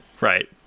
Right